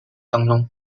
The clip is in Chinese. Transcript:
当中